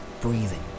breathing